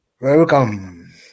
welcome